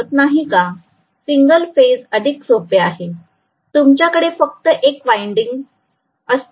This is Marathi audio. सिंगल फेज अधिक सोपे आहे तुमच्याकडे फक्त एक वाइंडिंग असते